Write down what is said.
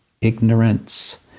ignorance